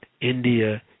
India